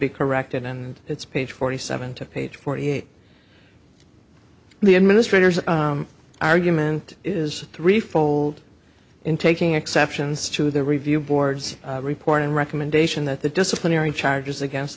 be corrected and it's page forty seven to page forty eight the administrators argument is threefold in taking exceptions to the review boards report and recommendation that the disciplinary charges against